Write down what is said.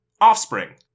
Offspring